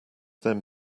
them